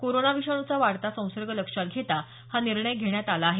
corona विषाणूचा वाढता संसर्ग लक्षात घेता हा निर्णय घेण्यात आला आहे